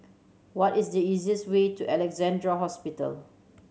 what is the easiest way to Alexandra Hospital